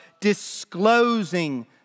disclosing